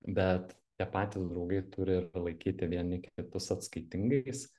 bet ties patys draugai turi ir laikyti vieni kitus atskaitingais